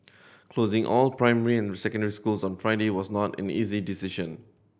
closing all primary and secondary schools on Friday was not an easy decision